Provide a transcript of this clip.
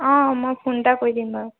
অঁ মই ফোন এটা কৰি দিম বাৰু